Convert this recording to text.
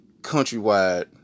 countrywide